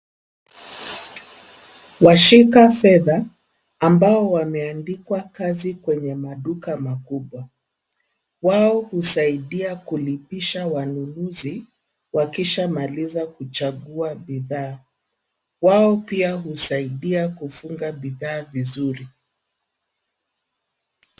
Washika fedha ambao wameandikwa kazi kwenye maduka makubwa. Wao husaidia kulipisha wanunuzi wakishamaliza kuchagua bidhaa. Wao pia husaidia kufunga bidhaa vizuri.